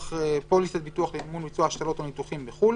פוליסת ביטוח למימון ביצוע השתלות או ניתוחים בחו"ל